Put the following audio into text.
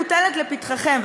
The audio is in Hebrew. מוטלת לפתחכם,